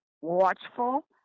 watchful